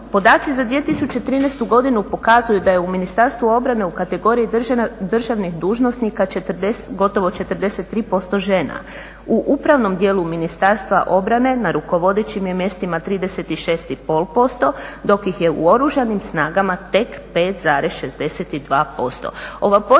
Podaci za 2013.godinu pokazuju da je u Ministarstvu obrane u kategoriji državnih dužnosnika gotovo 43% žena, u Upravnom dijelu Ministarstva obrane na rukovodećim je mjestima 36,5% dok ih je u Oružanim snagama tek 5,62%.